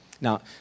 Now